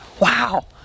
Wow